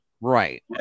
Right